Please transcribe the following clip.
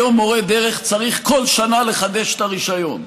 היום מורה דרך צריך בכל שנה לחדש את הרישיון,